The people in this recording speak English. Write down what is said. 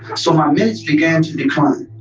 so my minutes began to decline